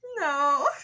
No